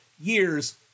years